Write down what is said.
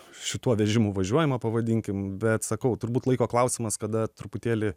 šituo vežimu važiuojama pavadinkim bet sakau turbūt laiko klausimas kada truputėlį